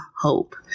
hope